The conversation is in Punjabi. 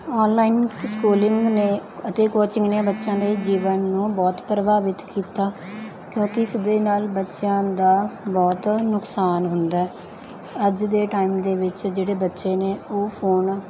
ਔਨਲਾਈਨ ਸਕੂਲਿੰਗ ਨੇ ਅਤੇ ਕੋਚਿੰਗ ਨੇ ਬੱਚਿਆਂ ਦੇ ਜੀਵਨ ਨੂੰ ਬਹੁਤ ਪ੍ਰਭਾਵਿਤ ਕੀਤਾ ਕਿਉਂਕਿ ਇਸ ਦੇ ਨਾਲ ਬੱਚਿਆਂ ਦਾ ਬਹੁਤ ਨੁਕਸਾਨ ਹੁੰਦਾ ਅੱਜ ਦੇ ਟਾਈਮ ਦੇ ਵਿੱਚ ਜਿਹੜੇ ਬੱਚੇ ਨੇ ਉਹ ਫੋਨ